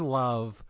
love